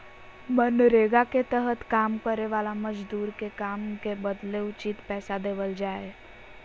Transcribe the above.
मनरेगा के तहत काम करे वाला मजदूर के काम के बदले उचित पैसा देवल जा हय